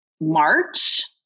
March